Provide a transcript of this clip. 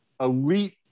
elite